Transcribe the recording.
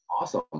awesome